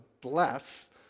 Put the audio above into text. bless